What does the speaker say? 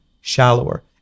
shallower